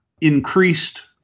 increased